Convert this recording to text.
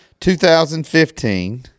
2015